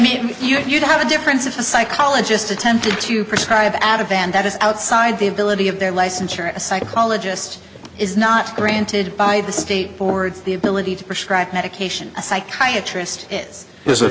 mean you'd have a difference if a psychologist attempted to prescribe add a band that is outside the ability of their licensure a psychologist is not granted by the state boards the ability to prescribe medication psychiatry as it was